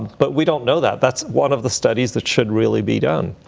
but we don't know that. that's one of the studies that should really be done.